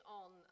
on